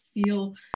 feel